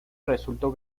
resultó